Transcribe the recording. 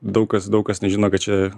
daug kas daug kas nežino kad čia